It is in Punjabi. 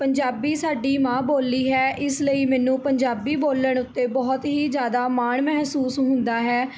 ਪੰਜਾਬੀ ਸਾਡੀ ਮਾਂ ਬੋਲੀ ਹੈ ਇਸ ਲਈ ਮੈਨੂੰ ਪੰਜਾਬੀ ਬੋਲਣ ਉੱਤੇ ਬਹੁਤ ਹੀ ਜ਼ਿਆਦਾ ਮਾਣ ਮਹਿਸੂਸ ਹੁੰਦਾ ਹੈ